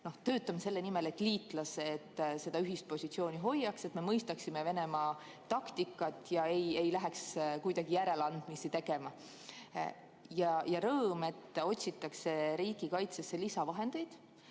töötame selle nimel, et liitlased seda ühist positsiooni hoiaks, et me mõistaksime Venemaa taktikat ja ei läheks kuidagi järeleandmisi tegema. Ja on rõõm, et otsitakse riigikaitsesse lisavahendeid